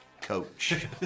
coach